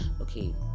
okay